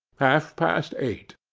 half-past eight.